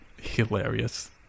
hilarious